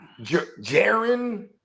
jaron